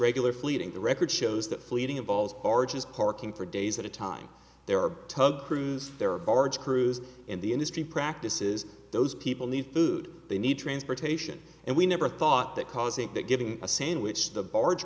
regular fleeting the record shows that fleeting involved are just parking for days at a time there are tug crews there are barge crews in the industry practices those people need food they need transportation and we never thought that causing that giving a sandwich the barge